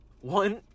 One